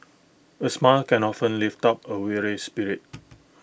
A smile can often lift up A weary spirit